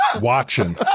Watching